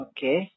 Okay